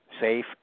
safe